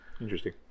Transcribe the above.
Interesting